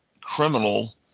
criminal